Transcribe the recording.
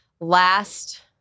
last